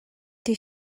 die